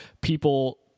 people